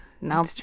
now